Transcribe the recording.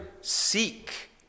seek